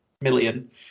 million